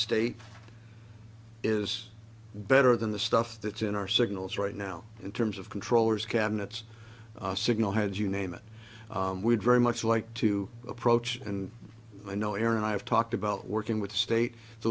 state is better than the stuff that's in our signals right now in terms of controllers cabinets signal heads you name it would very much like to approach and i know aaron i've talked about working with state